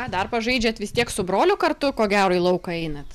ką dar pažaidžiat vis tiek su broliu kartu ko gero į lauką einat